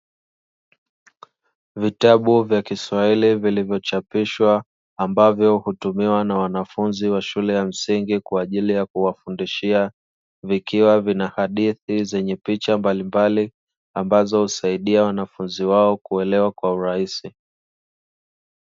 Vitabu vya kiswahili vilivyochapishwa ambavyo hutumiwa na wanafunzi wa shule ya msingi, kwa ajili ya kuwafundishia vikiwa vins hadithi zenye picha mbalimbali, ambazo huwasaidia wanafunzi wao kuelewa kwa urahisi.